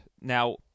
Now